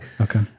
Okay